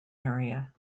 area